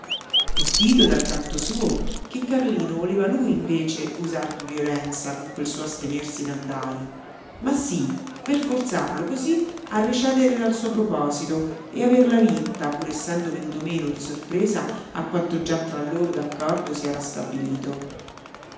e tito dal canto suo che carlino voleva lui invece usargli violenza con quel suo astenersi d'andare ma sí per forzarlo cosí a recedere dal suo proposito e averla vinta pur essendo venuto meno di sorpresa a quanto già tra loro d'accordo si era stabilito